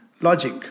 logic